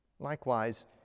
Likewise